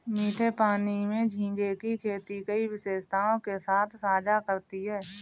मीठे पानी में झींगे की खेती कई विशेषताओं के साथ साझा करती है